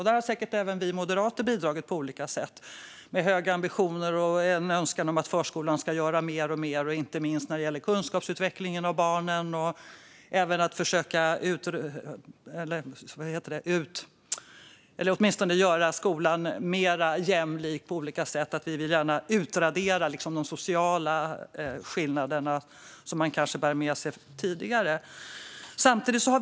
Där har säkert även vi moderater bidragit på olika sätt med höga ambitioner och en önskan om att förskolan ska göra mer och mer, inte minst när det gäller kunskapsutvecklingen hos barnen och att göra skolan mer jämlik. Vi vill gärna utradera de sociala skillnader som man bär med sig sedan tidigare.